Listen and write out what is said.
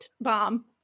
bomb